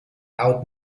out